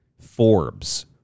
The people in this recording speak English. Forbes